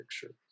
picture